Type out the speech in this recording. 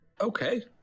Okay